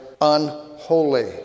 unholy